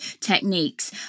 techniques